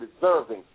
deserving